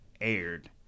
aired